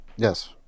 Yes